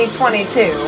2022